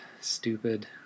stupid